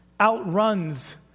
outruns